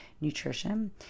nutrition